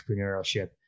entrepreneurship